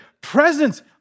presence